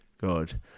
God